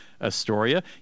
astoria